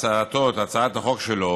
הצעת החוק שלו.